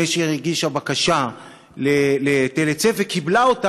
נשר הגיש בקשה להיטל היצף וקיבל אותו,